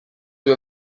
due